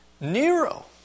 Nero